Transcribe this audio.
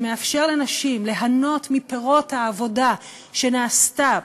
שמאפשר לנשים ליהנות מפירות העבודה שנעשתה,